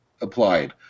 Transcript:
applied